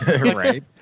Right